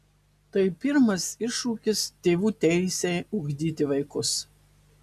tai pirmas iššūkis tėvų teisei ugdyti vaikus